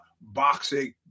boxing